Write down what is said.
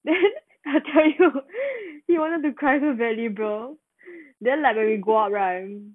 then I tell you he wanted to cry so badly bro then like when we go up right